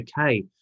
okay